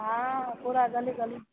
हाँ पूरा गली गली में